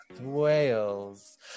Wales